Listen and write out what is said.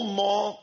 more